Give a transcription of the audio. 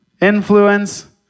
influence